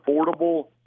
affordable